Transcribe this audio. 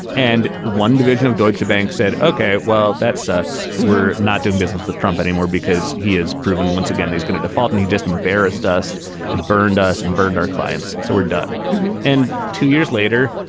and one division of deutsche bank said, okay, well, that sucks. we're not doing business the trump anymore because he has proven once again he's going to default. and he just embarrassed us and burned us and burned our clients. so we're done and two years later,